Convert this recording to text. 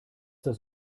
das